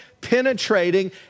penetrating